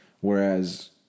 whereas